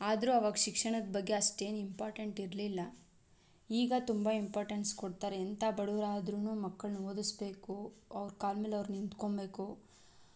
ಆದರೂ ಆವಾಗ ಶಿಕ್ಷಣದ ಬಗ್ಗೆ ಅಷ್ಟೇನ್ ಇಂಪಾರ್ಟೆಂಟ್ ಇರಲಿಲ್ಲ ಈಗ ತುಂಬ ಇಂಪಾರ್ಟೆಂಟೆನ್ಸ್ ಕೊಡ್ತಾರೆ ಎಂಥ ಬಡವ್ರಾದ್ರು ಮಕ್ಕಳ್ನ ಓದಿಸ್ಬೇಕು ಅವ್ರ ಕಾಲ್ಮೇಲೆ ಅವ್ರು ನಿಂತ್ಕೊಬೇಕು